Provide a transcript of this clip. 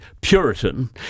Puritan